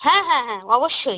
হ্যাঁ হ্যাঁ হ্যাঁ অবশ্যই